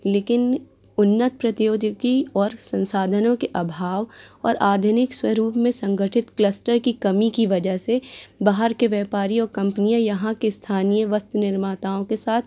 लेकिन उन्नत प्रति उद्योगिकी और संसाधनों के अभाव और आधुनिक स्वरूप में संगठित क्लस्टर की कमी की वजह से बाहर के व्यापारी और कम्पनियाँ यहाँ के स्थानीय वस्त्र निर्माताओं के साथ